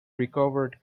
recovered